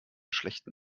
schlechten